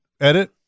edit